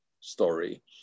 story